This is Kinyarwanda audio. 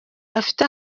afite